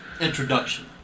introduction